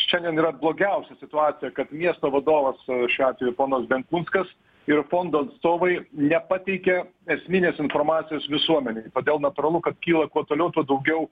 šiandien yra blogiausia situacija kad miesto vadovas šiuo atveju ponas benkunskas ir fondo atstovai nepateikė esminės informacijos visuomenei todėl natūralu kad kyla kuo toliau tuo daugiau